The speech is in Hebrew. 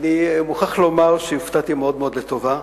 ואני מוכרח לומר שהופתעתי מאוד מאוד לטובה,